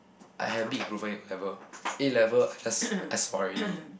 I had a big improvement in O-level A-level I just I sua already